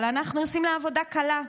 אבל אנחנו עושים לה עבודה קלה.